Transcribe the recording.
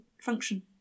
function